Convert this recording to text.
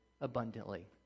abundantly